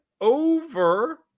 over